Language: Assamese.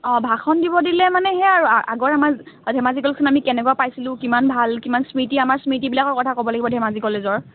অঁ ভাষণ দিব দিলে মানে সেয়া আৰু আগৰ আমাৰ ধেমাজি কলেজখন আমি কেনেকুৱা পাইছিলোঁ কিমান স্মৃতি আমাৰ স্মৃতিবিলাকৰ কথা ক'ব লাগিব ধেমাজি কলেজৰ